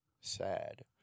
sad